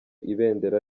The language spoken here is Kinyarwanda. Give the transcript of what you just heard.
ibendera